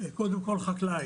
קודם כל חקלאי.